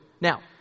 Now